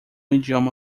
idioma